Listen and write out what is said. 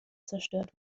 zerstört